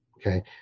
okay